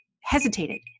hesitated